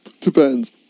depends